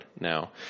now